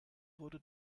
wurde